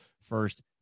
first